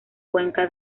cuenca